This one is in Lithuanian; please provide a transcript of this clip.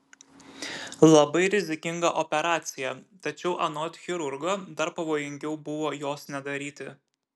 labai rizikinga operacija tačiau anot chirurgo dar pavojingiau buvo jos nedaryti